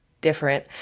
different